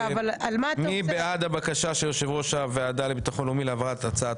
מי בעד הבקשה של יושב-ראש הוועדה לביטחון לאומי להעברת הצעת